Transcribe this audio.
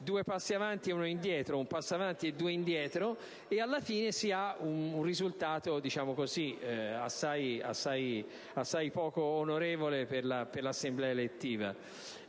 due passi avanti e uno indietro, un passo avanti e due indietro, e alla fine si ha un risultato assai poco onorevole per un'Assemblea elettiva.